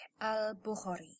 al-Bukhari